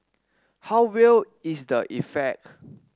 how real is the effect